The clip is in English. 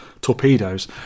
torpedoes